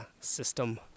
system